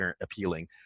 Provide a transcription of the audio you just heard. appealing